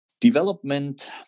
development